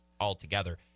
altogether